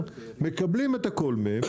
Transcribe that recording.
מקבלים את הכל מהם,